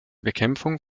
bekämpfung